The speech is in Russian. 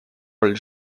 роль